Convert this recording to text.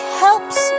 helps